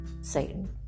Satan